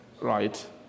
right